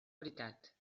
veritat